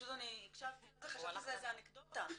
פשוט אני הקשבתי וחשבתי שזו איזה אנקדוטה,